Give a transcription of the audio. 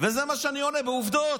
זה מה שאני עונה, בעובדות.